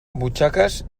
butxaques